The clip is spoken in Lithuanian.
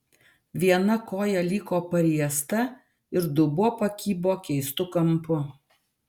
viena koja liko pariesta ir dubuo pakibo keistu kampu